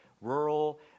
rural